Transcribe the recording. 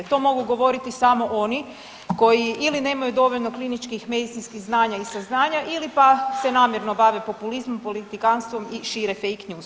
To mogu govoriti samo oni koji ili nemaju dovoljno kliničkih, medicinskih znanja i saznanja ili pa se namjerno bave populizmom, politikantstvom i šire fake news.